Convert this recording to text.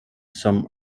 some